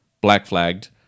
black-flagged